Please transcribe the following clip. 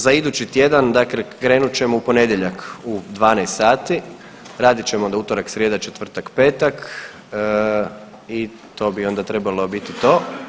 Za idući tjedan, dakle krenut ćemo u ponedjeljak u 12 sati, radit ćemo onda utorak, srijeda, četvrtak, petak i to bi onda trebalo biti to.